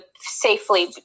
safely